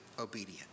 obedient